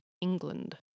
England